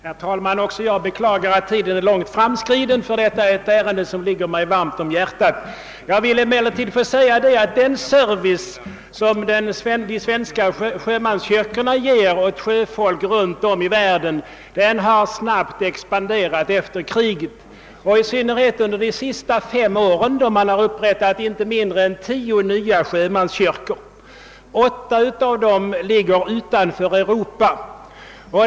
Herr talman! Också jag beklagar att tiden är långt framskriden, ty detta är ett ärende som ligger mig varmt om hjärtat. Den service som de svenska sjömanskyrkorna ger åt sjöfolk runt om i världen har efter kriget snabbt expanderat, i synnerhet under de senaste fem åren, då inte mindre än tio nya kyrkor har upprättats. Åtta av dessa nya sjömanskyrkor ligger utanför Europa.